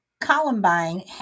Columbine